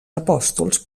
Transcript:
apòstols